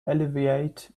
alleviate